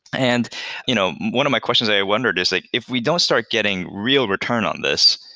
and you know one of my questions i wondered is like if we don't start getting real return on this,